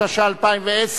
התשע"א 2010,